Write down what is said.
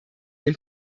den